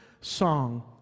song